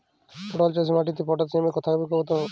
পটল চাষে মাটিতে পটাশিয়াম কত থাকতে হবে?